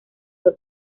fue